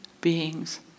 beings